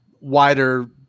wider